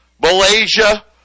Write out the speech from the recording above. Malaysia